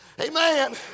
Amen